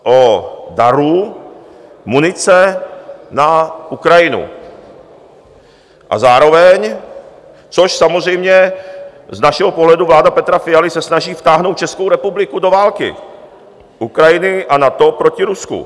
o daru munice na Ukrajinu, a zároveň což samozřejmě z našeho pohledu vláda Petra Fialy se snaží vtáhnout Českou republiku do války Ukrajiny a NATO proti Rusku.